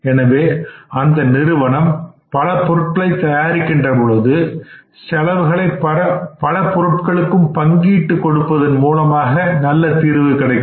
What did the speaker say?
எனவே அந்த நிறுவனம் பல பொருட்களை தயாரிக்கின்ற போது செலவுகளை பல பொருட்களுக்கும் பங்கீட்டு கொடுப்பதன் மூலமாக நல்ல தீர்வு கிடைக்கும்